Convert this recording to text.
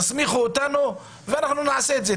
תסמיכו אותנו ואנחנו נעשה את זה.